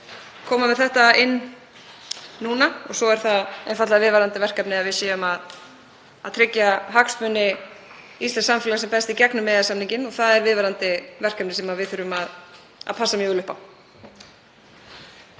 koma með þetta inn núna. Svo er það einfaldlega viðvarandi verkefni að tryggja hagsmuni íslensks samfélags sem best í gegnum EES-samninginn. Það er viðvarandi verkefni sem við þurfum að passa mjög vel upp á.